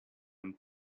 and